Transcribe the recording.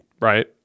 right